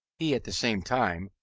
he, at the same time,